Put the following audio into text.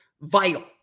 vital